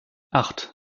acht